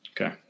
Okay